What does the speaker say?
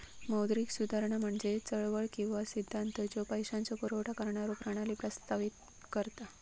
मौद्रिक सुधारणा म्हणजे चळवळ किंवा सिद्धांत ज्यो पैशाचो पुरवठा करणारो प्रणाली प्रस्तावित करता